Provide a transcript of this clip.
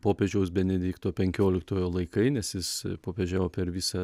popiežiaus benedikto penkioliktojo laikai nes jis popiežiaus per visą